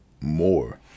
more